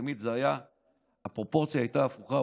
תמיד הפרופורציה הייתה הפוכה,